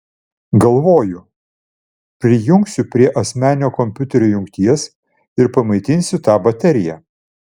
galvoju prijungsiu prie asmeninio kompiuterio jungties ir pamaitinsiu tą bateriją